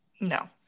No